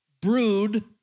brood